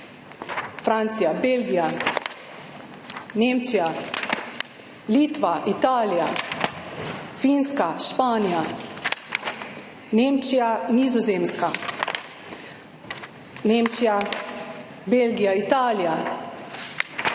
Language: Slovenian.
Francija, Belgija, Nemčija, Litva, Italija, Finska, Španija, Nemčija, Nizozemska, Nemčija, Belgija, Italija,